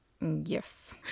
Yes